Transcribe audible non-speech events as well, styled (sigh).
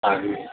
(unintelligible)